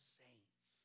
saints